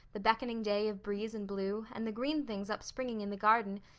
the beckoning day of breeze and blue, and the green things upspringing in the garden,